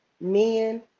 men